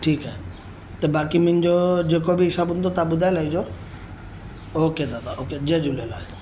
ठीकु आहे त बाक़ी मुंहिंजो जेको बि हिसाबु हूंदो तव्हां ॿुधाए लाइजो ओके दादा ओके जय झूलेलाल